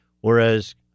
whereas